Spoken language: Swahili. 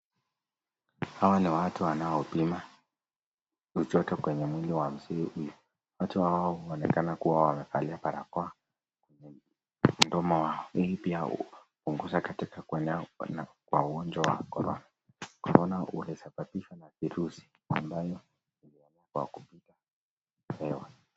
Hawa ni watu wanaopima joto kwenye mwili ya mzee huyu. Watu hawa wanaonekana kuwa wamevalia barakoa kwenye mdomo wao, hii pia hupunguza katika kuenea kwa ugonjwa wa corona. Corona ulisababishwa na virusi ambayo inaenea kwa kupiga hewa.